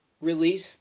release